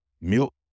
milk